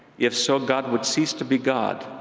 if so, god would cease to be god.